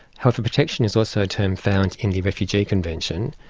however protection is also a term found in the refugee convention,